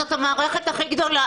זאת המערכת הכי גדולה,